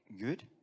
good